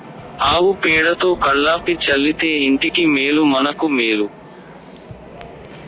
ఆవు పేడతో కళ్లాపి చల్లితే ఇంటికి మేలు మనకు మేలు